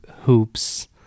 hoops